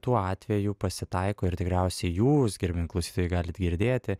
tuo atveju pasitaiko ir tikriausiai jūs gerbiami klausytojai galit girdėti